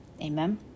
Amen